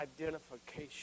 identification